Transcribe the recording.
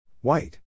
White